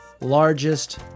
largest